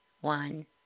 one